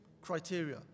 criteria